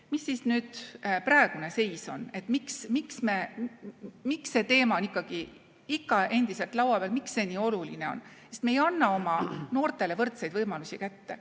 Mis siis nüüd praegune seis on? Miks see teema on ikka endiselt laua peal, miks see nii oluline on? Sest me ei anna oma noortele võrdseid võimalusi kätte.